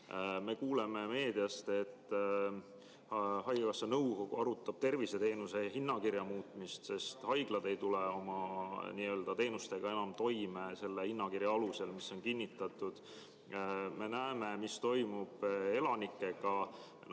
Me kuuleme meediast, et haigekassa nõukogu arutab tervishoiuteenuste hinnakirja muutmist, sest haiglad ei tule teenuste osutamisega enam toime selle hinnakirja alusel, mis on kinnitatud. Me näeme, mis toimub elanikega.